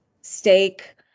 steak